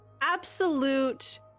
absolute